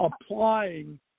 applying